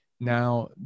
Now